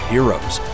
Heroes